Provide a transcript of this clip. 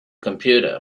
computer